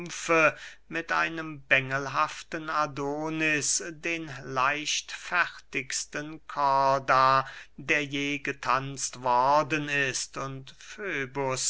mit einem bengelhaften adonis den leichtfertigsten kordax der je getanzt worden ist und